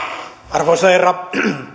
arvoisa herra